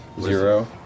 Zero